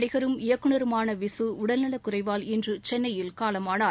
நடிகரும் இயக்குநருமான விசு உடல்நலக் குறைவால் இன்று சென்னையில் காலமானார்